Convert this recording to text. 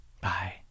Bye